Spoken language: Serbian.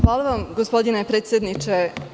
Hvala vam, gospodine predsedniče.